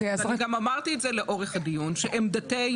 אני גם אמרתי את זה לאורך הדיון, שעמדתנו